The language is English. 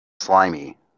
slimy